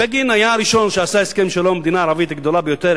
בגין היה הראשון שעשה הסכם שלום עם מדינה ערבית גדולה ביותר,